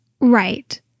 Right